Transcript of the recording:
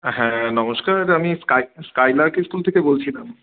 হ্যাঁ নমস্কার দাদা আমি স্কাই স্কাইলার্ক স্কুল থেকে বলছিলাম